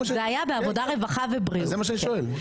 זה מה שאני שואל.